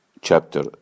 Chapter